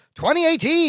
2018